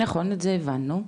נכון, את זה הבנו.